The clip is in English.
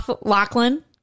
Lachlan